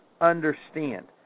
understand